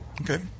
Okay